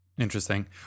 Interesting